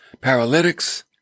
paralytics